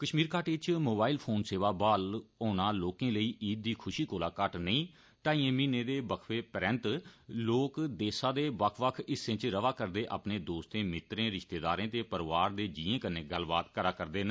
कष्मीर घाटी च mobile phone सेवां ब्हाल होना लोकें लेई ईद दी खुषी कोला घट्ट नेई ढाईए म्हीनें दे बक्फे परैन्त लोक देसै दे बक्ख बक्ख हिस्सें च रवा करदे अपने दोस्तें मित्रें रिष्तेदारें ते परिवार दे जीएं कन्नै गल्लबात करै करदे न